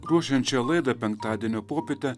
ruošiant šią laidą penktadienio popietę